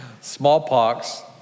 Smallpox